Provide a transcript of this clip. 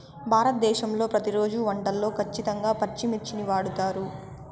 భారతదేశంలో ప్రతిరోజు వంటల్లో ఖచ్చితంగా పచ్చిమిర్చిని వాడుతారు